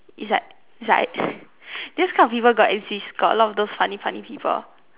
it's like it's like this kind of people got exist got a lot of those funny funny people